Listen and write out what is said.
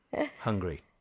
hungry